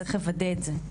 צריך לוודא את זה.